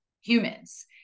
humans